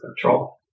control